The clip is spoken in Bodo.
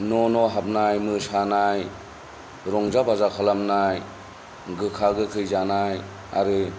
न' न' हाबनाय मोसानाय रंजा बाजा खालामनाय गोखा गोखै जानाय आरो